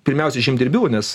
pirmiausia žemdirbių nes